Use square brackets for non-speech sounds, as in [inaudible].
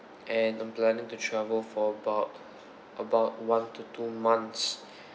and I'm planning to travel for about about one to two months [breath]